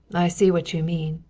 i see what you mean.